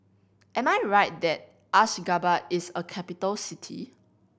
am I right that Ashgabat is a capital city